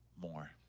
more